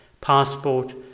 passport